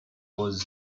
was